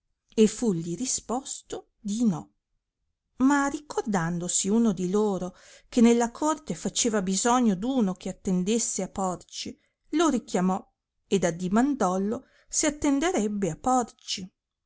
e fulli risposto di no ma ricordandosi uno di loro che nella corte faceva bisogno d uno che attendesse a porci lo richiamò ed addimandollo se attenderebbe a porci